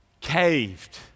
caved